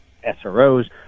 sro's